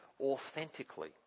authentically